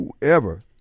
whoever